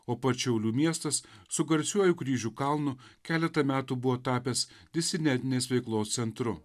o pats šiaulių miestas su garsiuoju kryžių kalnu keletą metų buvo tapęs disidentinės veiklos centru